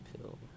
pill